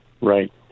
right